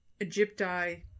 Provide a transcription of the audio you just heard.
Egypti